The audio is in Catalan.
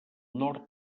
nord